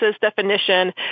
definition